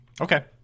Okay